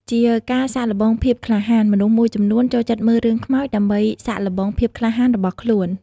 ជាការសាកល្បងភាពក្លាហាន មនុស្សមួយចំនួនចូលចិត្តមើលរឿងខ្មោចដើម្បីសាកល្បងភាពក្លាហានរបស់ខ្លួន។